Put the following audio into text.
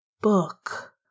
Book